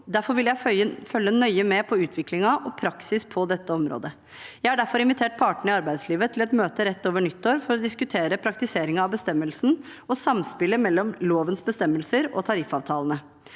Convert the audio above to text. Derfor vil jeg følge nøye med på utvikling og praksis på dette området. Jeg har invitert partene i arbeidslivet til et møte rett over nyttår for å diskutere praktiseringen av bestemmelsen og samspillet mellom lovens bestemmelser og tariffavtalene.